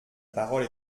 parole